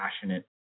passionate